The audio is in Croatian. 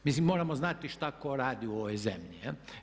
Mislim, moramo znati što tko radi u ovoj zemlji.